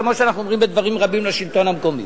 כמו שאנחנו אומרים בדברים רבים לשלטון המקומי.